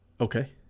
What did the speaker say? okay